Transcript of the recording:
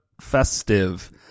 festive